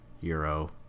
euro